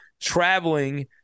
traveling